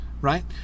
Right